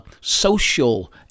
social